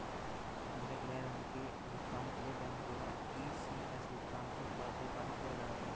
मेरे गृह ऋण के भुगतान के लिए बैंक द्वारा इ.सी.एस भुगतान को बाध्यकारी किया गया था